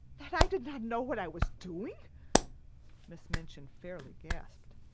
that i did not know what i was doing! miss minchin fairly gasped.